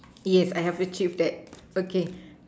yes I have achieved that okay